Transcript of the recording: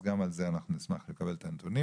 אז גם על זה אנחנו נשמח לקבל את הנתונים.